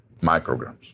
micrograms